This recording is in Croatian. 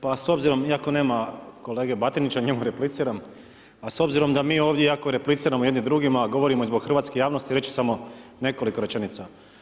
Pa s obzirom, iako nema kolege Batinića njemu repliciram, a s obzirom da mi ovdje jako repliciramo jedni drugima, govorimo i zbog hrvatske javnosti reći ću samo nekoliko rečenica.